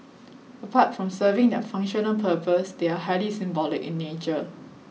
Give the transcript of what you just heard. apart from serving their functional purpose they are highly symbolic in nature